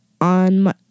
on